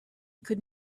could